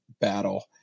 battle